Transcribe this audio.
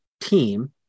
team